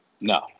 No